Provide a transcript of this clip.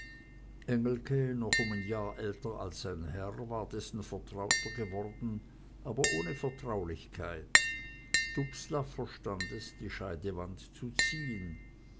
engelke noch um ein jahr älter als sein herr war dessen vertrauter geworden aber ohne vertraulichkeit dubslav verstand es die scheidewand zu ziehen